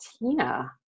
Tina